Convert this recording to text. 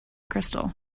crystal